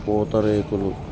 పూతరేకులు